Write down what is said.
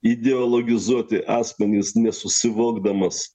ideologizuoti asmenys nesusivokdamas